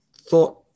thought